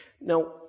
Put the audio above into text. Now